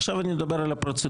עכשיו אני מדבר על הפרוצדורה.